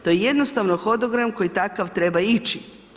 To je jednostavno hodogram koji takav treba ići.